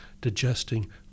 digesting